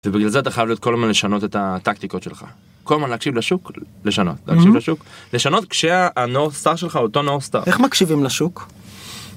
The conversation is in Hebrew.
ובגלל זה אתה חייב להיות כל הזמן לשנות את הטקטיקות שלך כל הזמן להקשיב לשוק לשנות, להקשיב לשוק לשנות, כשה-North star שלך הוא אותו ה-North star. איך מקשיבים לשוק?